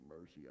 mercy